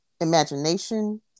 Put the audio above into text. imagination